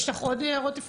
יש לך עוד הערות?